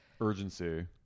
urgency